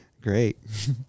Great